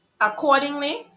Accordingly